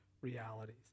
realities